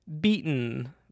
beaten